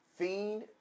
fiend